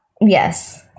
Yes